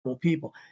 people